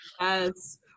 Yes